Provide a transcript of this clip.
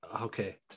Okay